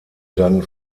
dann